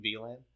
VLAN